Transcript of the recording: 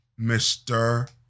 Mr